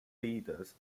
leaders